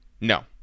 No